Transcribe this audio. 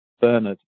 Bernard